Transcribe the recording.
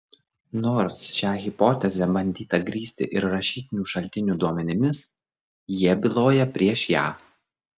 nors šią hipotezę bandyta grįsti ir rašytinių šaltinių duomenimis jie byloja prieš ją